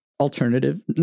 alternative